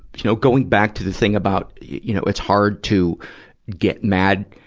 you know, going back to the thing about, you know, it's hard to get mad,